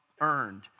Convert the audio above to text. earned